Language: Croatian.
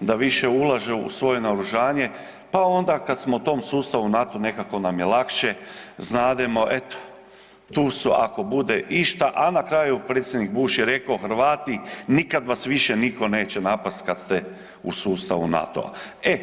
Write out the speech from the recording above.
da više ulaže u svoje naoružanje, pa onda kad smo u tom sustavu NATO nekako nam je lakše, znademo eto, tu su ako bude išta, a na kraju, predsjednik Bush je rekao, Hrvati, nikad vas više nitko neće napasti kad ste u sustavu NATO-a.